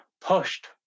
pushed